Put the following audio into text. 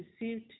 received